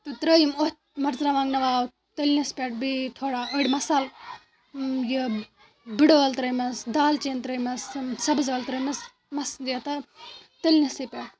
تہٕ ترٛٲیِم اَتھ مَرژٕوانٛگہٕ تٔلۍنِس پٮ۪ٹھ بیٚیہِ تھوڑا أڑۍ مصالہٕ یہِ بٔڈٕ عٲلۍ ترٛٲیمَس دالہٕ چیٖن ترٛٲیمَس سبٕز عٲلہٕ ترٲیِمَس تٔلۍنِسٕے پٮ۪ٹھ